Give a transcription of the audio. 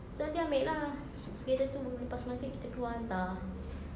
so nanti ambil lah kereta itu lepas maghrib kita keluar hantar